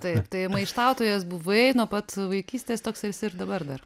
taip tai maištautojas buvai nuo pat vaikystės toks esi ir dabar